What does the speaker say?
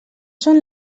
són